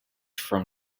from